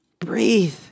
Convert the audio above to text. breathe